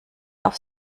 auf